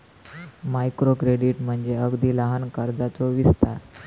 micro credit म्हणजे अगदी लहान कर्जाचो विस्तार